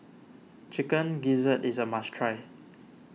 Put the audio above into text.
Chicken Gizzard is a must try